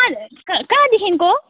कहाँ क् कहाँदेखिको